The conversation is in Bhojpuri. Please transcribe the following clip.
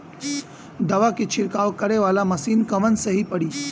दवा के छिड़काव करे वाला मशीन कवन सही पड़ी?